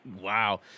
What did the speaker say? Wow